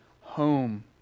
home